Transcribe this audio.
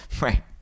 right